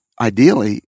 ideally